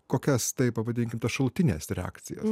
kokias tai pavadinkime tas šalutines reakcijas